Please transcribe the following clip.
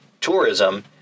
tourism